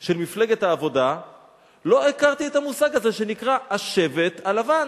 של מפלגת העבודה לא הכרתי את המושג הזה שנקרא "השבט הלבן",